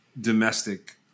domestic